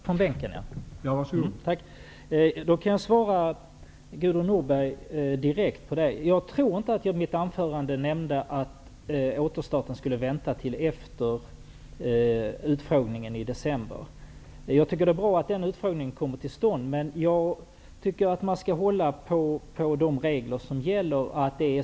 Herr talman! Jag kan svara direkt på Gudrun Norbergs fråga. Jag tror inte att jag i mitt anförande sade att återstarten skulle vänta till efter utfrågningen i december. Jag tycker att det är bra att den utfrågningen kommer till stånd. Jag tycker dock att man skall hålla på de regler som gäller.